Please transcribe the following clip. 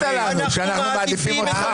מה עשית לנו שאנחנו מעדיפים אותך.